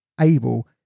able